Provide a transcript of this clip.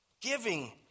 Giving